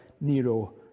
Nero